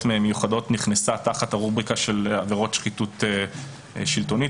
מיוחדות נכנסה תחת הרובריקה של עבירות שחיתות שלטונית.